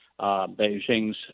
Beijing's